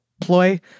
ploy